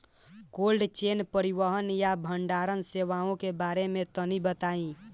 Cold chain परिवहन या भंडारण सेवाओं के बारे में तनी बताई?